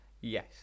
Yes